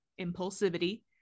Impulsivity